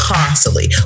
Constantly